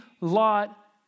Lot